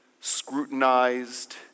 scrutinized